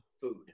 food